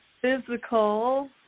physical